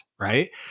Right